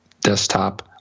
desktop